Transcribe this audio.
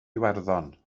iwerddon